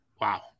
Wow